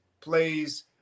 plays